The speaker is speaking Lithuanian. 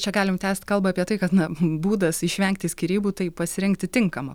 čia galim tęst kalbą apie tai kad na būdas išvengti skyrybų tai pasirinkti tinkamą